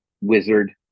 wizard